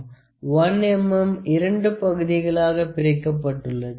1 mm இரண்டு பகுதியாக பிரிக்கப்பட்டுள்ளது